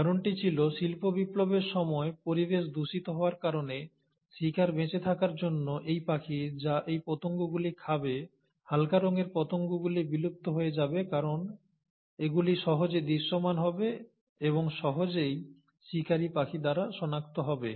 কারণটি ছিল শিল্প বিপ্লবের সময় পরিবেশ দূষিত হওয়ার কারণে শিকার বেঁচে থাকার জন্য এই পাখি যা এই পতঙ্গ গুলি খাবে হালকা রঙের পতঙ্গগুলি বিলুপ্ত হয়ে যাবে কারণ এগুলি সহজে দৃশ্যমান হবে এবং সহজেই শিকারী পাখি দ্বারা শনাক্ত হবে